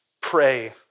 pray